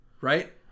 right